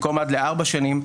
במקום עד לארבע שנים,